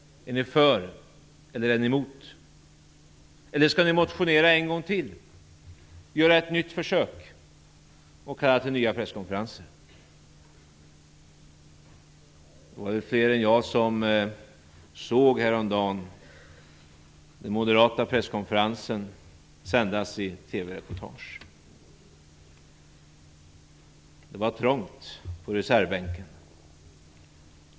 Är ni för eller mot, eller skall ni motionera en gång till och göra ett nytt försök och kalla till nya presskonferenser? Det var fler än jag som häromdagen såg den moderata presskonferensen sändas i TV. Det var trångt på reservbänken.